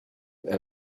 have